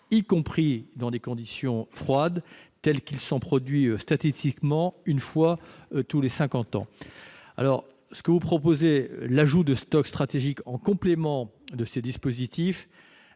y compris dans des conditions froides telles qu'il s'en produit statistiquement une fois tous les cinquante ans. L'ajout de stocks stratégiques en complément de ces dispositifs